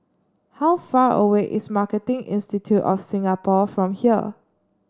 how far away is Marketing Institute of Singapore from here